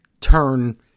turn